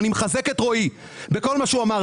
אני מחזק את רועי בכל מה שהוא אמר.